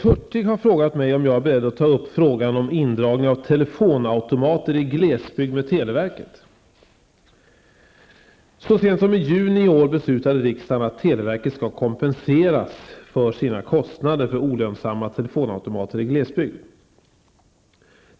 Herr talman! Bengt Hurtig har frågat mig om jag är beredd att med televerket ta upp frågan om indragning av telefonautomater i glesbygd.